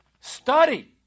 Study